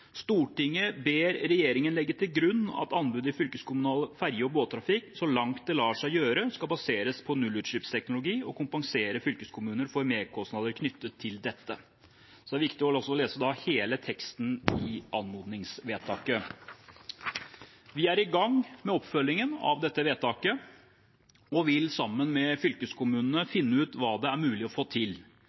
lar seg gjøre skal baseres på nullutslippsteknologi, og kompensere fylkeskommuner for merkostnader knyttet til dette.» Så det er viktig å lese hele teksten i anmodningsvedtaket. Vi er i gang med oppfølgingen av dette vedtaket og vil sammen med fylkeskommunene finne ut hva det er mulig å få til.